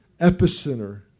epicenter